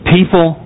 People